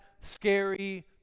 scary